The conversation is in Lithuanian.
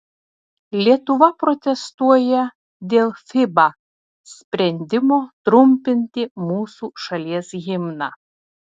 lietuva protestuoja dėl fiba sprendimo trumpinti mūsų šalies himną